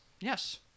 Yes